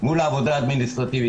מעבר מול העבודה האדמיניסטרטיבית.